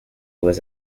was